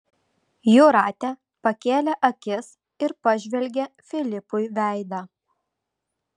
jūratė pakėlė akis ir pažvelgė filipui veidą